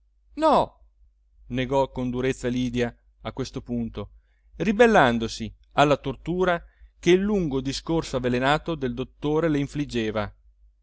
no negò con durezza lydia a questo punto ribellandosi alla tortura che il lungo discorso avvelenato del dottore le infliggeva